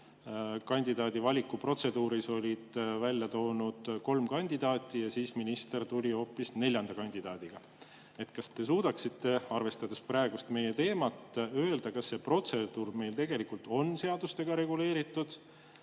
kandidaadi valiku protseduuris välja toonud kolm kandidaati, aga minister tuli hoopis neljanda kandidaadiga. Kas te suudaksite, arvestades meie praegust teemat, öelda, kas see protseduur on meil tegelikult seadustega reguleeritud